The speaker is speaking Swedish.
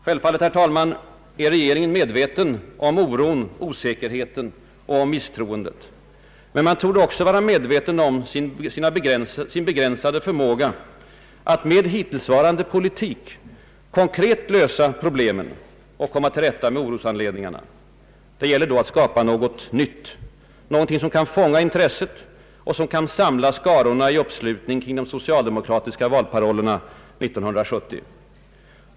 Självfallet, herr talman, är regeringen medveten om oron, osäkerheten och misstroendet. Men man torde också vara medveten om sin begränsade förmåga att med hittillsvarande politik konkret lösa problemen och komma till rätta med orosanledningarna. Det gäller då att skapa något nytt, någonting som kan fånga intresset och som kan samla skarorna i uppslutning kring de socialdemokratiska valparollerna 1970.